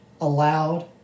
allowed